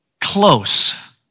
close